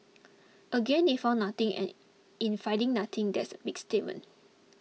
again they found nothing and in finding nothing that's a big statement